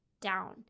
down